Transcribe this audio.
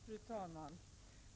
Fru talman!